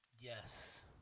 Yes